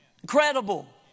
Incredible